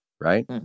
right